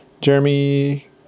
Jeremy